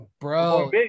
bro